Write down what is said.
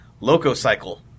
Lococycle